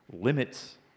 limits